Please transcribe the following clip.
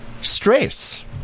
stress